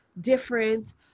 different